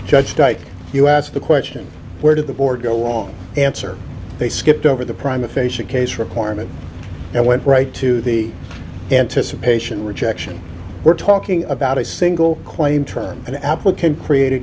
tight you ask the question where did the board go wrong answer they skipped over the prime aphasia case requirement and went right to the anticipation rejection we're talking about a single claim term an apple can create